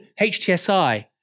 HTSI